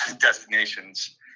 destinations